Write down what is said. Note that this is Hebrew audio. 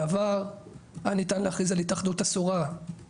בעבר היה ניתן להכריז על התאחדות אסורה,